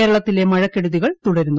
കേരളത്തിലെ മഴക്കെട്ടുതികൾ തുടരുന്നു